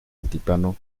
altiplano